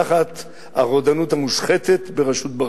תחת הרודנות המושחתת בראשות ברק.